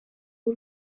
w’u